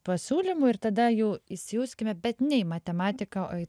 pasiūlymu ir tada jau įsijauskime bet ne į matematiką o į